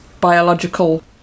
biological